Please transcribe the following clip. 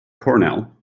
cornell